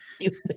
Stupid